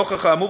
נוכח האמור,